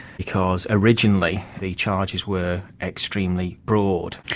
because originally the charges were extremely broad.